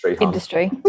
industry